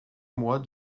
moi